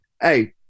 Hey